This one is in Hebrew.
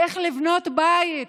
איך לבנות בית,